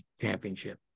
championship